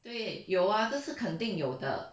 对有啊这是肯定有的